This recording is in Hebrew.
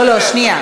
לא, לא, שנייה.